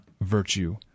virtue